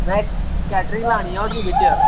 में कैटरिंग लानी ऐ होटल बिच